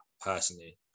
personally